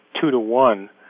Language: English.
two-to-one